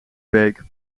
beek